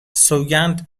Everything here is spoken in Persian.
سوگند